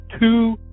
two